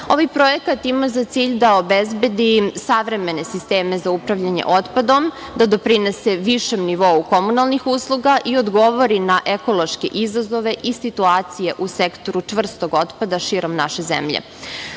projekat ima za cilj da obezbedi savremene sisteme za upravljanje otpadom, da doprinese višem nivou komunalnih usluga i odgovori na ekološki izazove i situacije u Sektoru čvrstog otpada širom naše